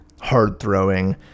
hard-throwing